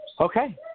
Okay